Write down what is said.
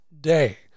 day